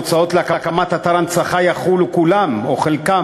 הוצאות להקמת אתר הנצחה יחולו כולן או חלקן